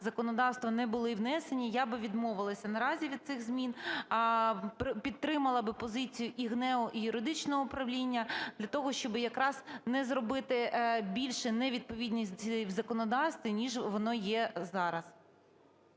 законодавства не були внесені, я би відмовилася наразі від цих змін, підтримала би позицію і ГНЕУ, і юридичного управління для того, щоби якраз не зробити більше невідповідність в законодавстві, ніж воно є зараз.